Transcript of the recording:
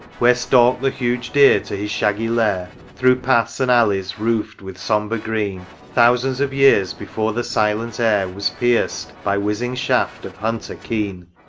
where stalk'd the huge deer to his shaggy lair through paths and alleys roofed with sombre green, thousand of years before the silent air was pierced by whizzing shaft of hunter keen